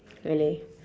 really